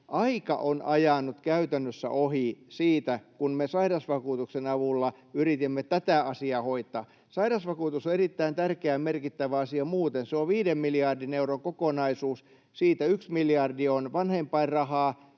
aika on ajanut käytännössä ohi siitä, kun me sairausvakuutuksen avulla yritimme tätä asiaa hoitaa. Sairausvakuutus on erittäin tärkeä ja merkittävä asia muuten, se on viiden miljardin euron kokonaisuus. Siitä yksi miljardi on vanhempainrahaa,